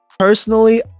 personally